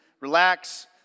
relax